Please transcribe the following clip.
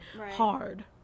hard